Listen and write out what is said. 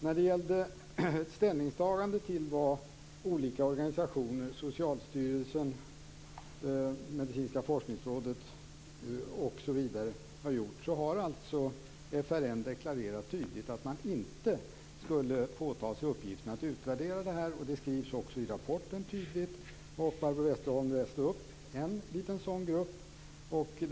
När det gällde ställningstagandet till vad olika organisationer - Socialstyrelsen, Medicinska forskningsrådet osv. - har gjort har FRN tydligt deklarerat att man inte skulle påta sig uppgiften att göra en utvärdering. Det skrivs ju också i rapporten. Barbro Westerholm läste upp vad en liten grupp har sagt.